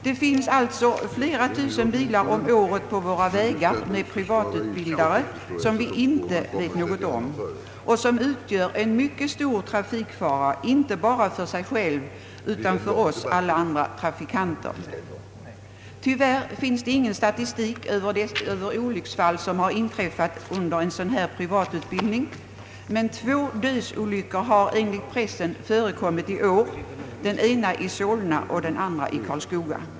Det finns alltså flera tusen bilar om året på våra vägar med privatutbildare som vi inte vet något om och som utgör en mycket stor trafikfara, inte bara för sig själv utan även för oss andra trafikanter. Tyvärr finns det ingen statistik över olycksfall som har inträffat under en sådan här privatutbildning, men två dödsolyckor har enligt uppgifter i pressen förekommit i år, den ena i Solna och den andra i Karlskoga.